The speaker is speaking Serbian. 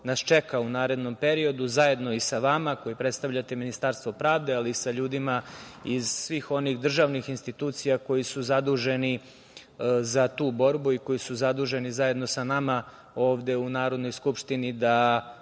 nas čeka u narednom periodu, zajedno i sa vama, koji predstavljate Ministarstvo pravde, ali i sa ljudima iz svih onih državnih institucija koji su zaduženi za tu borbu, koji su zaduženi zajedno sa nama ovde u Narodnoj skupštini, da